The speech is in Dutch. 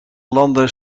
landen